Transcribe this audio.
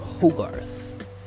Hogarth